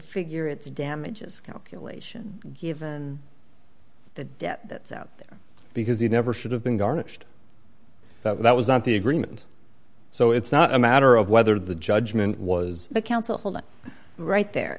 figure its damages calculation given the debt that's out there because he never should have been garnished that was not the agreement so it's not a matter of whether the judgment was the council right the